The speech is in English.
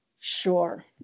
Sure